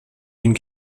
d’une